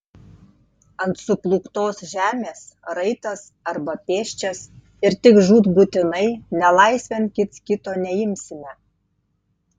ant suplūktos žemės raitas arba pėsčias ir tik žūtbūtinai nelaisvėn kits kito neimsime